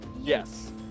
Yes